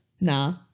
Nah